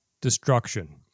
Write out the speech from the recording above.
destruction